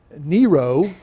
Nero